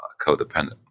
codependent